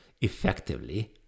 Effectively